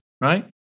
right